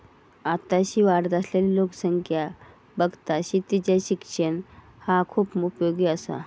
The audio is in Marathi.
आताशी वाढत असलली लोकसंख्या बघता शेतीचा शिक्षण ह्या खूप उपयोगी आसा